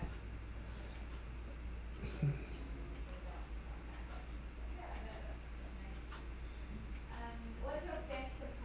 (uh huh)